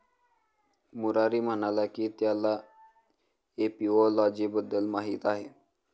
मुरारी म्हणाला की त्याला एपिओलॉजी बद्दल माहीत आहे